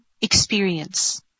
experience